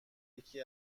یکی